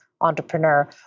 entrepreneur